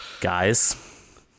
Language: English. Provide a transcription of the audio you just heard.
Guys